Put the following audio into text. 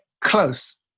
close